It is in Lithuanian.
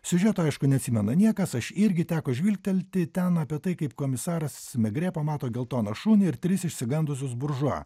siužeto aišku neatsimena niekas aš irgi teko žvilgtelti ten apie tai kaip komisaras megrė pamato geltoną šunį ir tris išsigandusius buržua